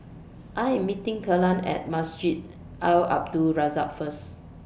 I Am meeting Kalen At Masjid Al Abdul Razak First